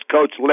Coach